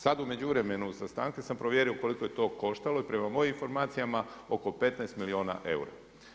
Sada u međuvremenu, sa stanke sam provjerio koliko je to koštalo i prema mojim informacijama oko 15 milijuna eura.